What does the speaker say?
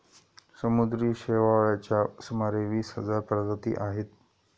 समुद्री शेवाळाच्या सुमारे वीस हजार प्रजाती आहेत